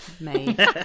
made